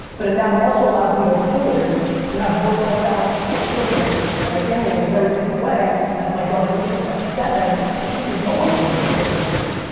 but it and now also allows me to afford to have work-life balance with my children and my family in a very different way. as my daughter misha's now seven, and she can go on business trips with me.